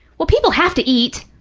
well, people have to eat.